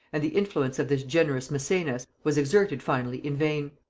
and the influence of this generous maecenas was exerted finally in vain.